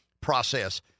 process